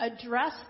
address